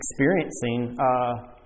experiencing